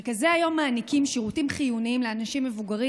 מרכזי היום מעניקים שירותים חיוניים לאנשים מבוגרים.